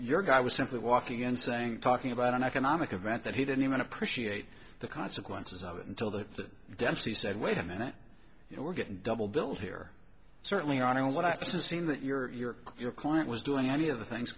your guy was simply walking in saying talking about an economic event that he didn't even appreciate the consequences of it until that dempsey said wait a minute you know we're getting double billed here certainly on what i've just seen that your your client was doing any of the things